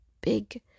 big